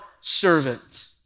servant